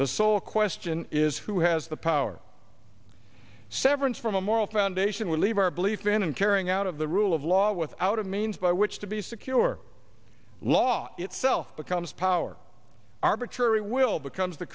the sole question is who has the power severance from a moral foundation we leave our belief in and carrying out of the rule of law without a means by which to be secure law itself becomes power arbitrary will becomes the